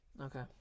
Okay